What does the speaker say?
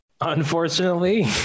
Unfortunately